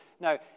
Now